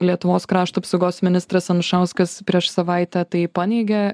lietuvos krašto apsaugos ministras anušauskas prieš savaitę tai paneigė